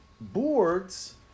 boards